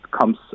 comes